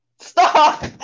Stop